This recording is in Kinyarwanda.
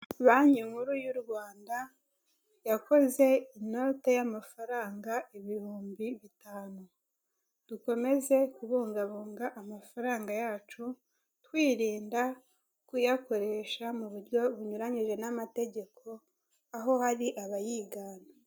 Banki nkuru y'u Rwanda yakoze inote y'amafaranga ibihumbi bitanu. Dukomeze kubungabunga amafaranga yacu twirinda kuyakoresha mu buryo bunyuranyije n'amategeko aho hari abayigana.